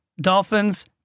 Dolphins